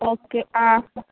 okay ആഹ്